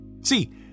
See